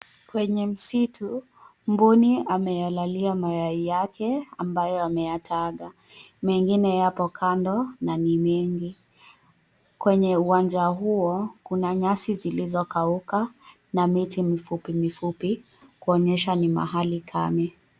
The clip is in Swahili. Kwenye msitu mbuni amelalia mayai yake ambayo ameyataga, mengine yapo kando na ni mengi. Kwenye uwanja huo kuna nyasi zilizo kauka na miti mifupi mifupi kuonyesha ni mahali kame.